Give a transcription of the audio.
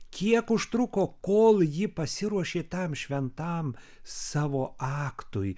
kiek užtruko kol ji pasiruošė tam šventam savo aktui